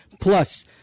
Plus –